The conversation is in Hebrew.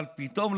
אבל פתאום,